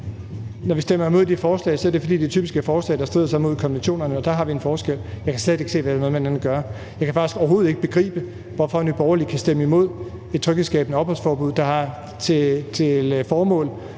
Når vi stemmer imod de forslag, er det, fordi det typisk er forslag, der strider imod konventionerne, og der har vi en forskel. Jeg kan slet ikke se, at det har noget med hinanden at gøre. Jeg kan faktisk overhovedet ikke begribe, at Nye Borgerlige kan stemme imod et tryghedsskabende opholdsforbud, der har til formål